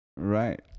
Right